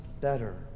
better